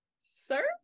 sir